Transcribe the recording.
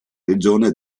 regione